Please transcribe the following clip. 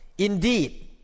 Indeed